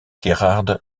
gerhard